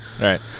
Right